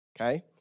Okay